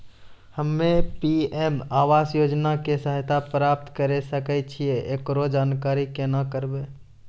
हम्मे पी.एम आवास योजना के सहायता प्राप्त करें सकय छियै, एकरो जानकारी केना करबै?